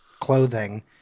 clothing